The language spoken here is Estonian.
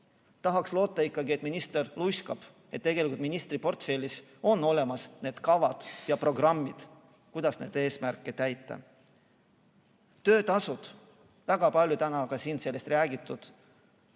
Tahaks loota, et minister luiskab ja et tegelikult on ministri portfellis olemas kavad ja programmid, kuidas neid eesmärke täita. Töötasu – väga palju on täna siin ka sellest räägitud,